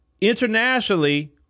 internationally